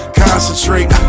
concentrate